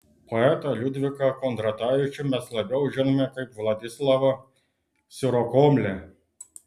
poetą liudviką kondratavičių mes labiau žinome kaip vladislavą sirokomlę